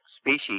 species